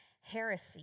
heresy